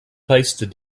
placed